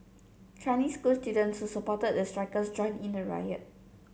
Chinese school students supported the strikers joined in the riot